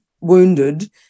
wounded